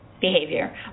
behavior